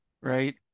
right